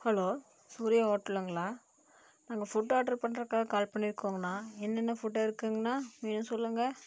hello Surya ஓட்டலுங்களா நாங்கள் food order பண்றதுக்காக கால் பண்ணியிருக்கோங்கண்ணா என்னென்ன ஃபுட் இருக்குங்கண்ணா ஏ சொல்லுங்க